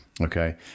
okay